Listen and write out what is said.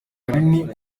kanini